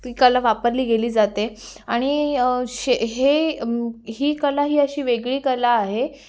ती कला वापरली गेली जाते आणि शे हे ही कला ही अशी वेगळी कला आहे